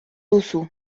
duzu